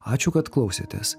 ačiū kad klausėtės